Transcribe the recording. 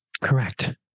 Correct